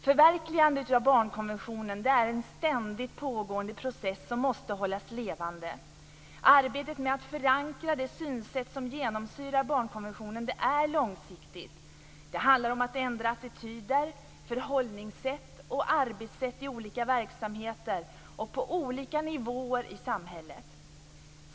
Förverkligandet av barnkonventionen är en ständigt pågående process som måste hållas levande. Arbetet med att förankra det synsätt som genomsyrar barnkonventionen är långsiktigt. Det handlar om att ändra attityder, förhållningssätt och arbetssätt i olika verksamheter och på olika nivåer i samhället.